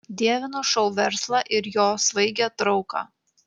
dievinu šou verslą ir jo svaigią trauką